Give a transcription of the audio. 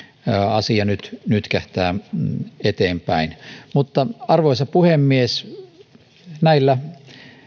asia nyt nytkähtää eteenpäin arvoisa puhemies näillä